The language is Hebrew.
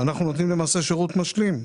אנחנו הם אלה שנותנים שירות משלים.